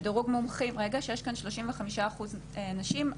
שיש כאן 35% נשים.